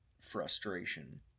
frustration